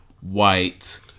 white